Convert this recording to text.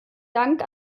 dank